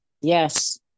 Yes